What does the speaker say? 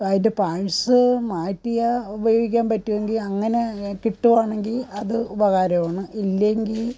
അതിന്റെ പാർട്ട്സ് മാറ്റിയാൽ ഉപയോഗിക്കാൻ പറ്റുമെങ്കിൽ അങ്ങനെ കിട്ടുവാണെങ്കിൽ അത് ഉപകാരം ആണ് ഇല്ലെങ്കിൽ